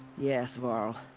yes, varl.